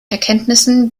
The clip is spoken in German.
erkenntnissen